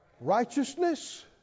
Righteousness